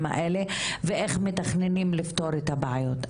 האלה ואיך מתכננים לפתור את הבעיות.